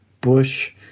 bush